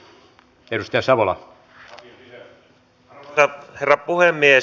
arvoisa herra puhemies